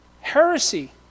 heresy